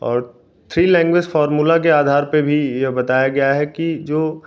और three language formula के आधार पर भी ये बताया गया है कि जो